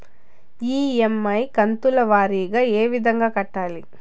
EMI కంతుల వారీగా ఏ విధంగా కట్టాలి